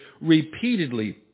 repeatedly